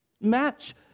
Match